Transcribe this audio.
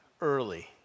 early